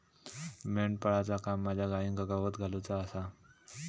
मेंढपाळाचा काम माझ्या गाईंका गवत घालुचा आसा